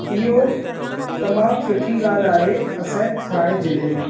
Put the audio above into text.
इहो तमामु सुठी ॻाल्हि आहे असांजे थाणे ज़िले में